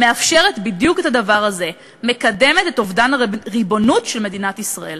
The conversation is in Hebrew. מאפשרת בדיוק את הדבר הזה: מקדמת את אובדן הריבונות של מדינת ישראל.